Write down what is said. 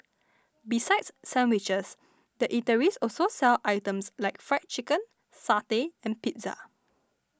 besides sandwiches the eateries also sell items like Fried Chicken satay and pizza